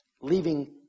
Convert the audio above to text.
leaving